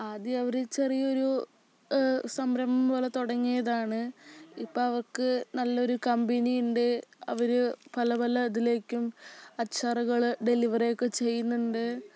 ആദ്യം അവര് ചെറിയൊരു സംരംഭം പോലെ തുടങ്ങിയതാണ് ഇപ്പം അവർക്ക് നല്ലൊരു കമ്പനി ഉണ്ട് അവര് പല പല ഇതിലേക്കും അച്ചാറുകള് ഡെലിവറി ഒക്കെ ചെയ്യുന്നുണ്ട്